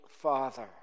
Father